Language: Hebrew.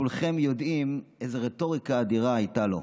וכולכם יודעים איזו רטוריקה אדירה הייתה לו,